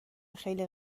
خیلی